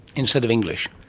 instead of english.